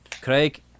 Craig